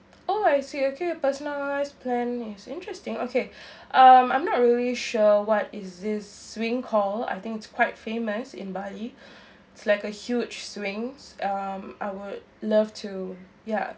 oh I see okay a personalised plan is interesting okay um I'm not really sure what this swing call I think it's quite famous in bali it's like a huge swing um I would love to ya